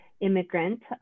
immigrant